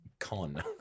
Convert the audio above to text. Con